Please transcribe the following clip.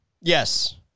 Yes